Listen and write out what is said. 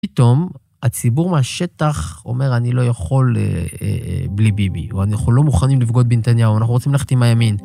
פתאום הציבור מהשטח אומר, אני לא יכול בלי ביבי, או אנחנו לא מוכנים לבגוד בנתניהו, אנחנו רוצים ללכת עם הימין.